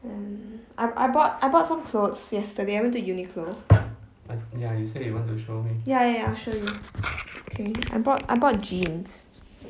and I I bought I bought some clothes yesterday I went to uniqlo ya ya ya I'll show you okay I brought I bought jeans